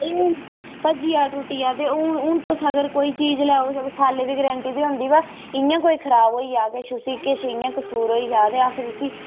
भाई हून भज्जी गेआ त्रुट्टी गेआ ते हून हून तुस अगर कोई चीज लैओ ते सालै दी गरांटी ते होंदी पर इ'यां कोई खराब होई गेआ ते किश उसी किश इं'या कसूर होई जा ते अस उसी